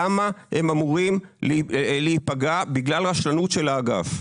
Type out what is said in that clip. למה הם אמורים להיפגע בגלל רשלנות של האגף?